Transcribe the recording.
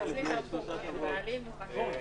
נעשה את זה ולא נברח משם.